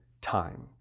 time